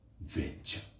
venture